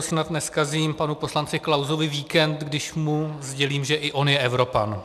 Snad nezkazím panu poslanci Klausovi víkend, když mu sdělím, že i on je Evropan.